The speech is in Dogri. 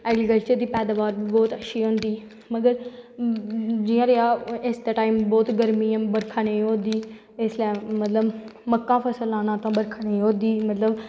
ऐग्रीकल्चर दी पैदाबार बी बौह्त अच्छी होंदी मगर जियां रेहा इस गर्मियैं टैम बरखा नेंई होआ दी इसलै मक्कां फसल लाना बरखा नेंई होआ दी तां